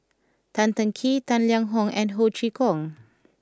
Tan Teng Kee Tang Liang Hong and Ho Chee Kong